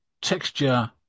texture